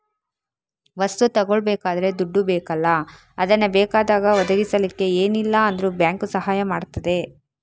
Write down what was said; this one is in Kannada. ವಸ್ತು ತಗೊಳ್ಬೇಕಾದ್ರೆ ದುಡ್ಡು ಬೇಕಲ್ಲ ಅದನ್ನ ಬೇಕಾದಾಗ ಒದಗಿಸಲಿಕ್ಕೆ ಏನಿಲ್ಲ ಅಂದ್ರೂ ಬ್ಯಾಂಕು ಸಹಾಯ ಮಾಡ್ತದೆ